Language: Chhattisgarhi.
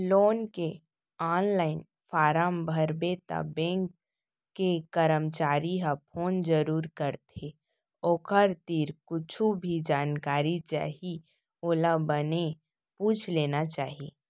लोन के ऑनलाईन फारम भरबे त बेंक के करमचारी ह फोन जरूर करथे ओखर तीर कुछु भी जानकारी चाही ओला बने पूछ लेना चाही